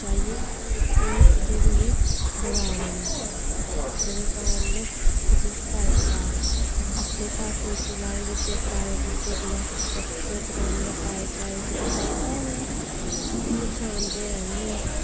चाहियै च ओह् केह् बनी दवा बनी इक जेह्दे कारण तुसें फायदा अपने घर तुलसी लाई दी ते भाएं बूहटे कोला पत्तर त्रोड़ियै भाएं चाही च ते फायदा गै ऐ नुकसान ते ऐ नी ऐ